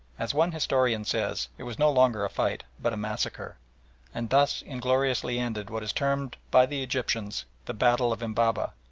as one historian says, it was no longer a fight but a massacre and thus ingloriously ended what is termed by the egyptians the battle of embabeh,